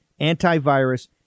antivirus